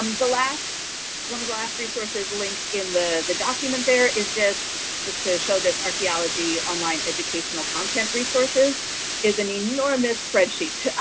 um the last one of the last resources linked in the the document there, is this just to show this archaeology online educational content resources is an enormous spreadsheet.